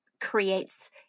creates